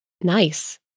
nice